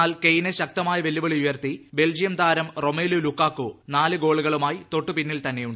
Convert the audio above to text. എന്നാൽ കെയ്ന് ശക്തമായ വെല്ലുവിളി ഉയർത്തി ബെൽജിയം താരം റൊമേലു ലുക്കാക്കു നാല് ഗോളുകളുമായി തൊട്ടുപിന്നിൽ തന്നെയാണ്